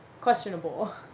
questionable